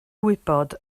wybod